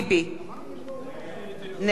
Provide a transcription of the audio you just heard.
נגד זאב בילסקי,